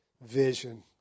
vision